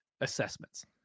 assessments